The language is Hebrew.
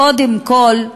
קודם כול,